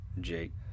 jake